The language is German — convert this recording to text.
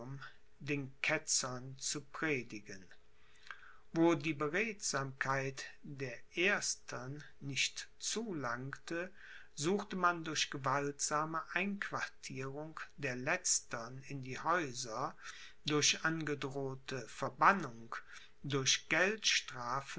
den ketzern zu predigen wo die beredsamkeit der erstern nicht zulangte suchte man durch gewaltsame einquartierung der letztern in die häuser durch angedrohte verbannung durch geldstrafen